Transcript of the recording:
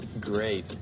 Great